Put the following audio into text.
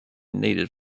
needed